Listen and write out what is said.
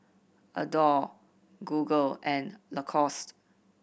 Adore Google and Lacoste